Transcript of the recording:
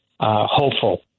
hopeful